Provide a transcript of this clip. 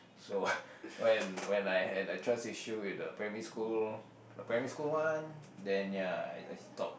so when when I had a trust issue with the primary school the primary school one then ya I I stop